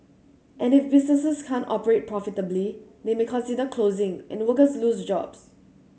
and if businesses can't operate profitably they may consider closing and workers lose jobs